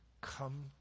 Come